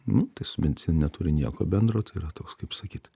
nu tai su medicina neturi nieko bendro tai yra toks kaip sakyt